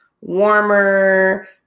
warmer